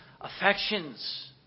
affections